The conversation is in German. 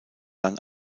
dann